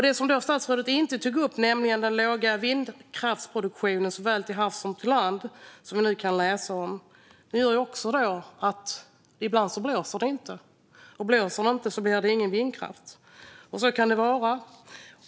Det som statsrådet inte tog upp, när det gäller den låga vindkraftsproduktionen såväl till havs som på land som vi nu kan läsa om, är att det ibland inte blåser, och blåser det inte blir det ingen vindkraft. Så kan det vara.